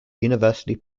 university